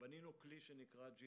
בנינו כלי שנקרא GIS